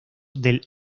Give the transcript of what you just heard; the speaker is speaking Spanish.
del